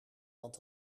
want